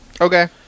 Okay